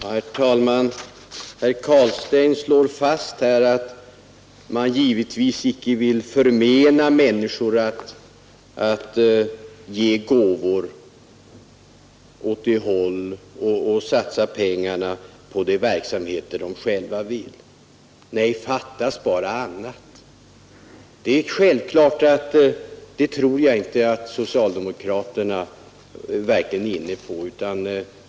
Herr talman! Herr Carlstein slår fast att man givetvis icke vill förmena människor att ge gåvor till och satsa pengar på de verksamheter de vill stödja. Nej, fattas bara det! Jag tror inte att socialdemokraterna är inne på någonting sådant.